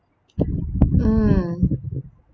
mm